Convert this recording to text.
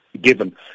given